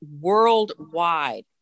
worldwide